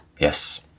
Yes